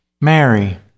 Mary